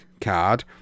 card